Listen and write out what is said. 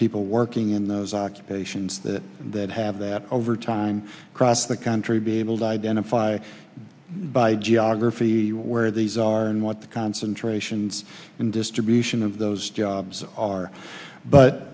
people working in those occupations that that have that overtime across the country be able to identify by geography where these are and what the concentrations in distribution of those jobs are but